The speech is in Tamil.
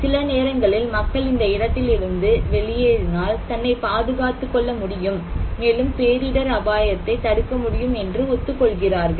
சில நேரங்களில் மக்கள் இந்த இடத்திலிருந்து வெளியேறினார் தன்னை பாதுகாத்துக்கொள்ள முடியும் மேலும் பேரிடர் அபாயத்தை தடுக்க முடியும் என்று ஒத்துக்கொள்கிறார்கள்